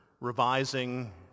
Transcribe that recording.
revising